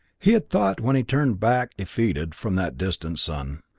he had thought when he turned back, defeated, from that distant sun.